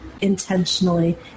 intentionally